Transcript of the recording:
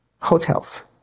Hotels